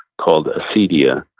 called acedia,